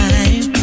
Time